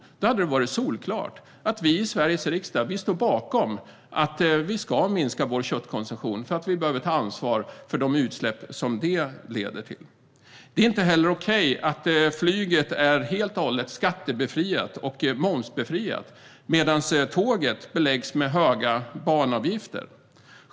Då hade det varit solklart att vi i Sveriges riksdag står bakom att vi ska minska vår köttkonsumtion, för vi behöver ta ansvar för de utsläpp som den leder till. Det är inte okej att flyget är helt och hållet skatte och momsbefriat medan tåget beläggs med höga banavgifter.